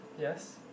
yes